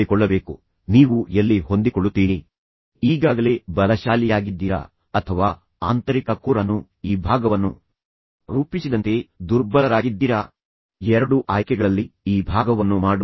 ಇದು ನೀವಿಬ್ಬರೂ ಇನ್ನೂ ಒಬ್ಬರನ್ನೊಬ್ಬರು ಪ್ರೀತಿಸುತ್ತಿದ್ದೀರಿ ಆದರೆ ನೀವು ಇಷ್ಟಪಡದಿರಲು ಇತ್ತೀಚೆಗೆ ಸಂಭವಿಸಿದ ನಡವಳಿಕೆಯ ಬದಲಾವಣೆಗಳ ಪರಿಸ್ಥಿತಿಗಳ ಕಾರಣದಿಂದಾಗಿ ಎಂಬುದನ್ನು ತೋರಿಸುತ್ತದೆ